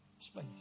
space